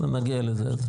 נגיע לזה.